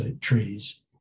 trees